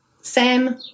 Sam